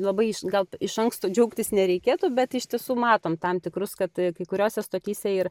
labai gal iš anksto džiaugtis nereikėtų bet iš tiesų matom tam tikrus kad kai kuriose stotyse ir